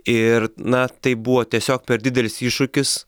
ir na taip buvo tiesiog per didelis iššūkis